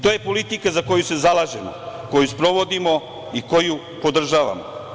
To je politika za koju se zalažemo, koju sprovodimo i koju podržavamo.